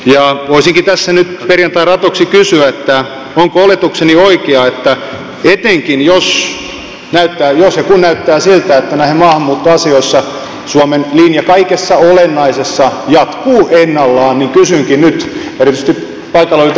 voisinkin tässä nyt perjantain ratoksi kysyä etenkin jos ja kun näyttää siltä että näissä maahanmuuttoasioissa suomen linja kaikessa olennaisessa jatkuu ennallaan erityisesti paikalla olevilta perussuomalaisilta